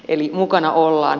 eli mukana ollaan